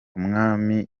umwami